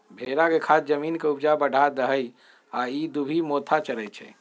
भेड़ा के खाद जमीन के ऊपजा बढ़ा देहइ आ इ दुभि मोथा चरै छइ